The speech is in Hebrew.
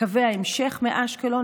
קווי ההמשך מאשקלון.